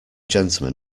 gentlemen